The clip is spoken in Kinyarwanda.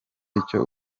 icyo